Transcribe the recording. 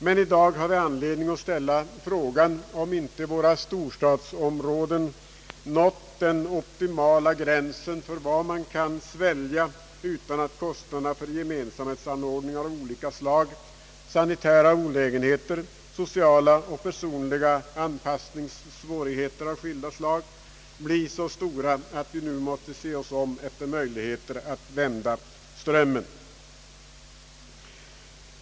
Men i dag har vi anledning ställa frågan, om inte våra storstadsområden nått den optimala gränsen för vad man kan svälja utan att kostnaderna för gemensamhetsanordningar av olika slag, sanitära olägenheter, sociala och personliga anpassningssvårigheter av skilda slag blir så stora, att vi nu måste se oss om efter möjligheter att vända strömmen.